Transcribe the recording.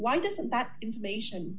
why doesn't that information